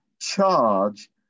charge